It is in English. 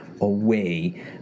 away